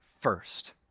first